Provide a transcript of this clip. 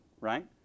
right